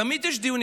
תמיד יש דיונים.